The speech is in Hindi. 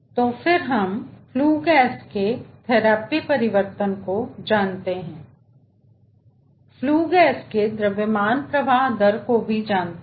तो फिर हम फ्ल्यू गैस के थैलेपी परिवर्तन को जानते हैं फ्ल्यू गैस के द्रव्यमान प्रवाह दर को भी जानते हैं